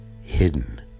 hidden